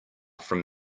from